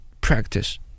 practice